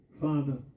Father